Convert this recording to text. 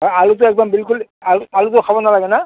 অ' আলুটো একদম বিলকুল আলু আলুটো খাব নালাগে ন